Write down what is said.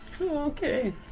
Okay